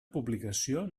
publicació